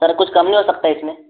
sir कुछ कम नहीं हो सकता इसमें